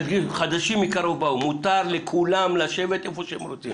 "חדשים מקרוב באו" מותר לכולם לשבת איפה שהם רוצים.